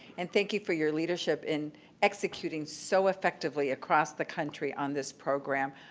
and thank you for your leadership in executing so effectively across the country on this program.